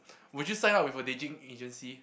would you sign up with a dating agency